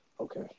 Okay